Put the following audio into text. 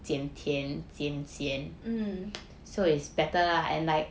mm